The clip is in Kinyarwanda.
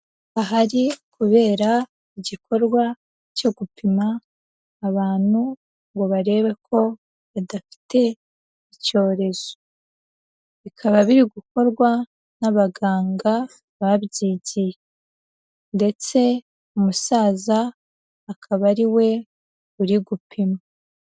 Ahari kubera igikorwa cyo gupima abantu ngo barebe ko badafite icyorezo, bikaba biri gukorwa n'abaganga babyigiye, ndetse umusaza akaba ariwe uri gupimwa.